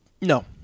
No